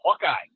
Hawkeye